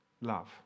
Love